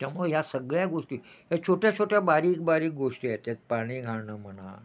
त्यामुळं ह्या सगळ्या गोष्टी या छोट्या छोट्या बारीक बारीक गोष्टी आहेत त्यात पाणी घालणं म्हणा